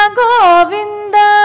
govinda